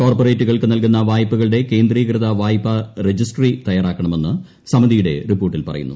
കോർപ്പറേറ്റുകൾക്ക് നൽകുന്ന വായ്പകളുടെ കേന്ദ്രീകൃത വായ്പ രജിസ്ട്രി തയാറാക്കണമെന്ന് സമിതിയുടെ റിപ്പോർട്ടിൽ പറയുന്നു